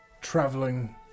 traveling